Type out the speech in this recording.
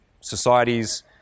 societies